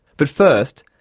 but first,